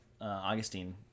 Augustine